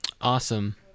Awesome